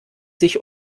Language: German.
sich